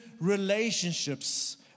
relationships